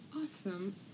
Awesome